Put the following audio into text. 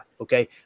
Okay